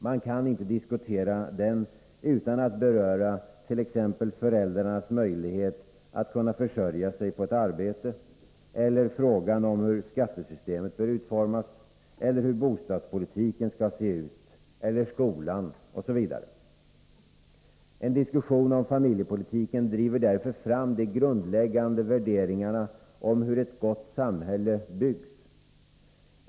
Man kan inte diskutera den utan att beröra föräldrarnas möjlighet att försörja sig på ett arbete, frågan om hur skattesystemet bör utformas eller hur bostadspolitiken skall se ut, eller skolan, etc. En diskussion om familjepolitiken driver därför fram de grundläggande värderingarna om hur ett gott samhälle byggs.